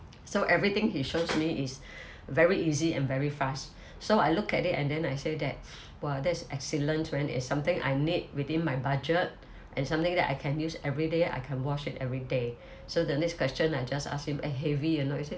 so everything he shows me is very easy and very fast so I look at it and then I say that !wah! that's excellent man it's something I need within my budget and something that I can use everyday I can wash it everyday so the next question I just ask him eh heavy or not he say